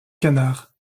canards